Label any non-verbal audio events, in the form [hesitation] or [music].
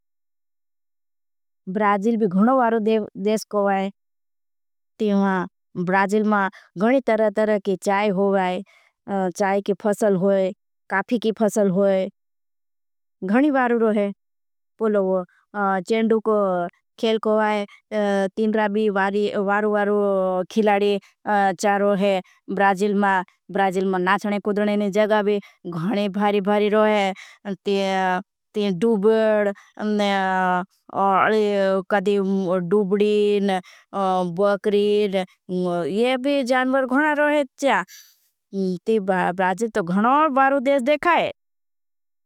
ब्राजिल भी गणो वारो देश को वाई तीहां ब्राजिल मां गणी तरह। तरह की चाय हो वाई चाय की फसल होई काफी की फसल होई। गणी वारो रोहे पुलोगो चेंडू को खेल को वाई तीन राबी वारो वारो। खिलाडी चाय रोहे ब्राजिल मां ब्राजिल मां न [hesitation] तीन। डूबड [hesitation] कदी [hesitation] डूबडीन बाकरीन। ये भी जानवर गणा रोहे चाय, ती ब्राजिल तो गणो वारो देश देखा है।